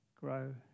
grow